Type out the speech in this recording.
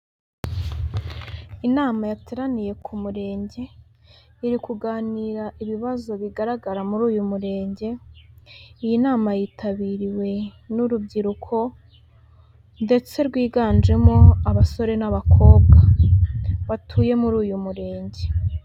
Inama yateraniye ku Murenge irikuganira ibibazo bigaragara muri uyu Murenge. Iyi nama yitabiriwe n'urubyiruko ndetse rwiganjemo abasore n'abakobwa batuye muri uyu Murenge.